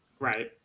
right